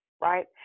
right